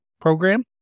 program